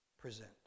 present